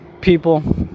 people